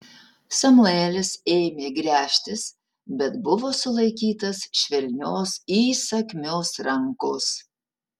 samuelis ėmė gręžtis bet buvo sulaikytas švelnios įsakmios rankos